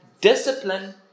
Discipline